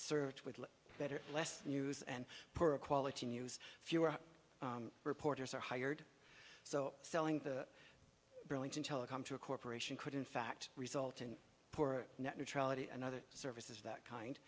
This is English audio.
served with better less news and poor quality news fewer reporters are hired so selling the burlington telecom to a corporation could in fact result in poorer net neutrality and other services that kind